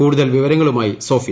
കൂടുതൽ വിവരങ്ങളുമായി സോഫിയ